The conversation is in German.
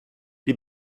die